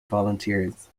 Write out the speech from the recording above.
volunteers